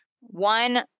One